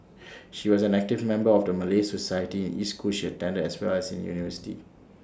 she was an active member of the Malay society in each school she attended as well as in university